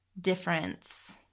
difference